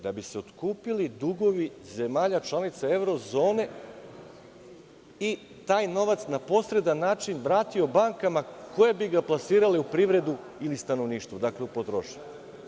Da bi se otkupili dugovi zemalja članica Evro zone i taj novac na posredan način vratio banke koje bi ga plasirale u privredu ili stanovništvo, dakle u potrošnju.